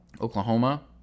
Oklahoma